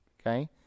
Okay